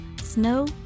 snow